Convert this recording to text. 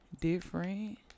Different